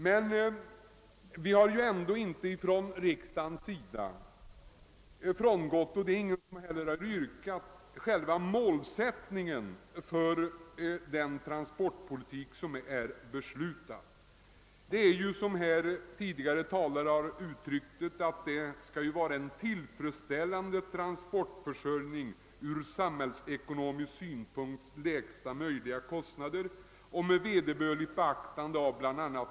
Riksdagen har ändock inte frångått själva målsättningen för den transportpolitik som är beslutad, och ingen har heller yrkat på det. En tillfredsställande transportförsörjning till från samhällsekonomisk synpunkt lägsta kostnader och med vederbörligt beaktande av bla.